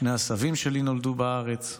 שני הסבים שלי נולדו בארץ,